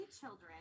children